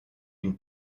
une